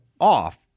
off